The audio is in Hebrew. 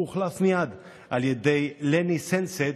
הוא הוחלף מייד על ידי לני סטנסת',